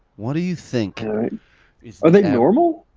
what do you think are they normal?